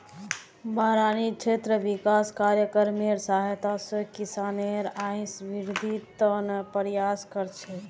बारानी क्षेत्र विकास कार्यक्रमेर सहायता स किसानेर आइत वृद्धिर त न प्रयास कर छेक